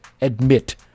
admit